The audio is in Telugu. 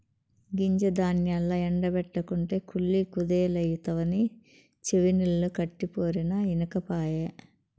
గింజ ధాన్యాల్ల ఎండ బెట్టకుంటే కుళ్ళి కుదేలైతవని చెవినిల్లు కట్టిపోరినా ఇనకపాయె